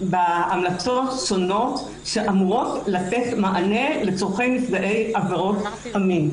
המלצות שונות שאמורות לתת מענה לצורכי נפגעי עבירות המין.